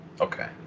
Okay